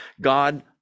God